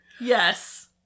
Yes